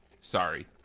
Sorry